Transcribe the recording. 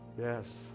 yes